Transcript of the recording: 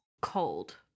Cold